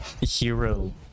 hero